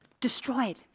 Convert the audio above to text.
destroyed